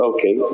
Okay